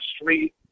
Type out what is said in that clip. street